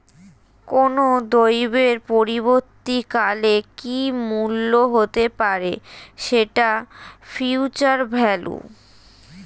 কোনো দ্রব্যের পরবর্তী কালে কি মূল্য হতে পারে, সেটা ফিউচার ভ্যালু